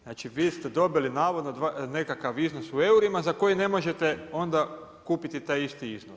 Znači, vi ste dobili navodno nekakav iznos u eurima za koji ne možete onda kupiti taj isti iznos.